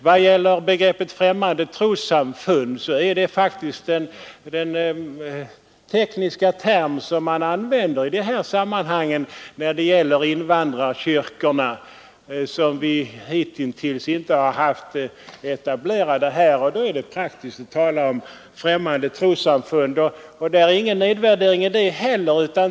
[ vad gäller begreppet främmande trossamfund kan jag nämna, att det faktiskt är den tekniska term som man använder i sammanhanget i fråga om invandrarkyrkorna, vilka hittills inte varit etablerade här. Det blir då praktiskt att tala om främmande trossamfund. Det är inte fråga om någon nedvärdering av det begreppet.